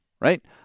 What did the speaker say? right